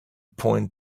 point